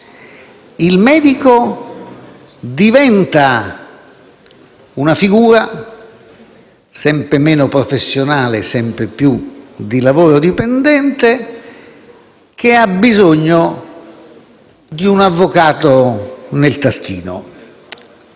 il medico diventa una figura sempre meno professionale e sempre più di lavoro dipendente, che ha bisogno di un "avvocato nel taschino".